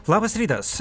labas rytas